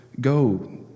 go